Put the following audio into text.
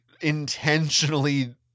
intentionally